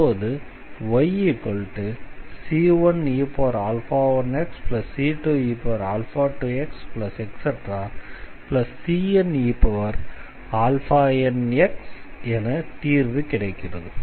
அப்போது yc1e1xc2e2xcnenx என தீர்வு கிடைக்கிறது